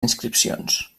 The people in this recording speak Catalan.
inscripcions